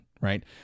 Right